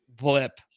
blip